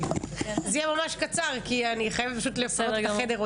אבל זה יהיה ממש קצר כי אני חייבת לפנות את החדר,